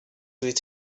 with